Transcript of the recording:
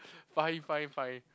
fine fine fine